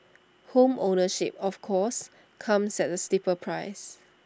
home ownership of course comes at A steeper price